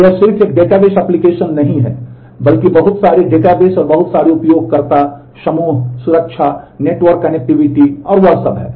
तो यह सिर्फ एक डेटाबेस एप्लीकेशन नहीं है बल्कि बहुत सारे डेटाबेस और बहुत सारे उपयोगकर्ता समूह सुरक्षा नेटवर्क कनेक्टिविटी और वह सब है